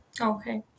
Okay